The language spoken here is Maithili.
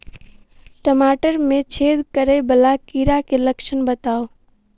टमाटर मे छेद करै वला कीड़ा केँ लक्षण बताउ?